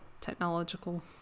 technological